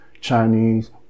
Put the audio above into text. Chinese